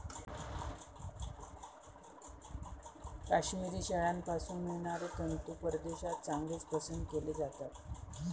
काश्मिरी शेळ्यांपासून मिळणारे तंतू परदेशात चांगलेच पसंत केले जातात